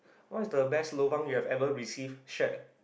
what is the best lobang you have ever receive shared